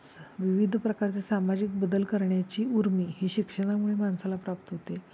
स् विविध प्रकारचे सामाजिक बदल करण्याची उर्मी ही शिक्षणामुळे माणसाला प्राप्त होते